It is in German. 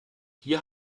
hier